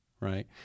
right